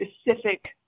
specific